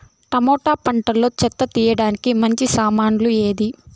Tomato పంటలో చెత్త తీయడానికి మంచి సామగ్రి ఏది?